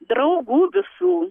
draugų visų